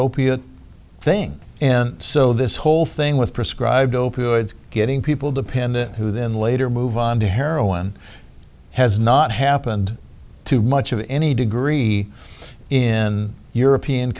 opiate thing and so this whole thing with prescribed opioids getting people dependent who then later move on to heroin has not happened to much of any degree in european